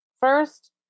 first